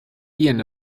ian